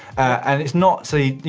and it's not, so,